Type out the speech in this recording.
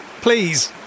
Please